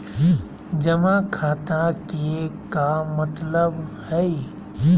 जमा खाता के का मतलब हई?